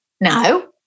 No